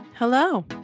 Hello